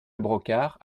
brocard